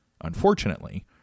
Unfortunately